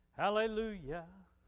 hallelujah